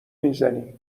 میزنی